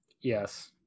Yes